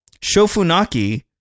Shofunaki